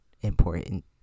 important